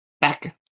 Back